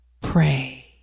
Pray